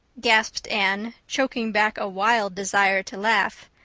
gasped anne, choking back a wild desire to laugh.